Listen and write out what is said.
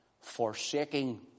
forsaking